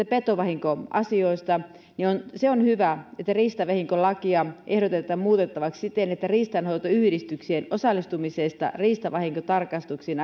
petovahinkoasioista ja se on hyvä että riistavahinkolakia ehdotetaan muutettavaksi siten että riistanhoitoyhdistyksien osallistumisesta riistavahinkotarkastuksiin